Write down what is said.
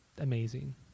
amazing